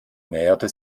näherte